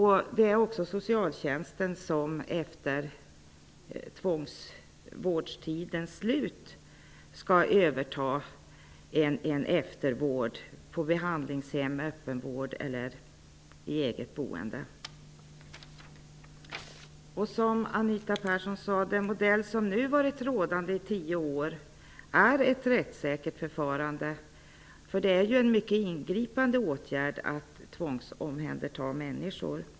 Det är också socialtjänsten som efter vårdtidens slut har ansvaret för en eftervård på behandlingshem, inom öppenvård eller i eget boende. Som Anita Persson sade är den modell som nu har varit rådande i tio år ett rättssäkert förfarande. Att tvångsomhänderta människor är ju en mycket ingripande åtgärd.